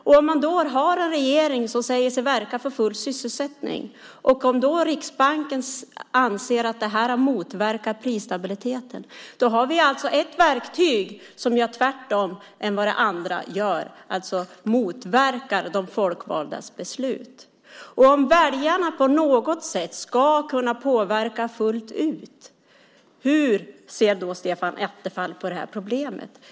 Om man då har en regering som säger sig verka för full sysselsättning, och om då Riksbanken anser att det här motverkar prisstabiliteten, har vi alltså ett verktyg som gör tvärtom mot vad det andra gör, alltså motverkar de folkvaldas beslut. Om väljarna på något sätt ska kunna påverka fullt ut, hur ser då Stefan Attefall på det här problemet?